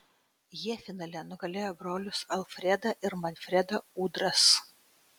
jie finale nugalėjo brolius alfredą ir manfredą udras